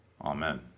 Amen